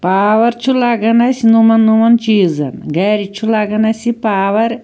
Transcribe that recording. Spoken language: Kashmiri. پاوَر چھُ لگان اسہِ نوٚمَن نوٚمَن چیٖزَن گھرٕ چھُ لگان اسہِ یہِ پاوَر